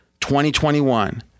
2021